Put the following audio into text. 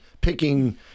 picking